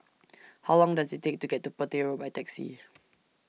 How Long Does IT Take to get to Petir Road By Taxi